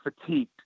fatigued